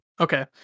okay